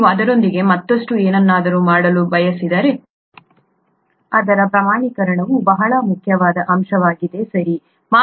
ನೀವು ಅದರೊಂದಿಗೆ ಮತ್ತಷ್ಟು ಏನನ್ನಾದರೂ ಮಾಡಲು ಬಯಸಿದರೆ ಅದರ ಪ್ರಮಾಣೀಕರಣವು ಬಹಳ ಮುಖ್ಯವಾದ ಅಂಶವಾಗಿದೆ ಸರಿ